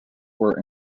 were